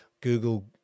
Google